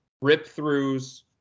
rip-throughs